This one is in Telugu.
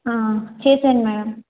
ఆ చేసేయండి మేడం